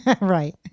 Right